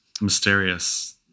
Mysterious